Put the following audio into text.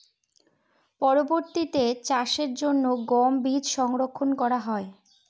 পরবর্তিতে চাষের জন্য গম বীজ সংরক্ষন করা হয়?